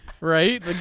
right